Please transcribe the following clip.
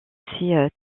ses